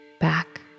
Back